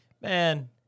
man